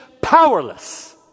powerless